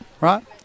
right